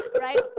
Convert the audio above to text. Right